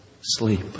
sleep